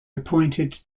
appointed